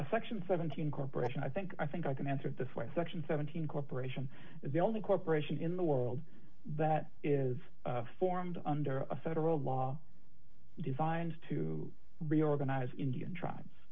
section seventeen corporation i think i think i can answer it this way section seventeen corporation is the only corporation in the world that is formed under a federal law designed to reorganize indian tribes